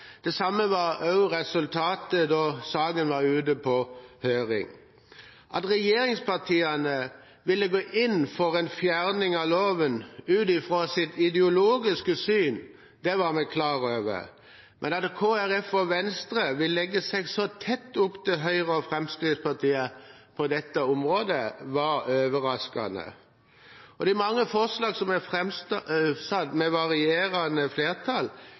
Det samme var også resultatet da saken var ute på høring. At regjeringspartiene ville gå inn for en fjerning av loven ut fra sitt ideologiske syn, var vi klar over, men at Kristelig Folkeparti og Venstre ville legge seg så tett opp til Høyre og Fremskrittspartiet på dette området, var overraskende. De mange forslag som er framsatt med varierende flertall,